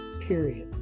Period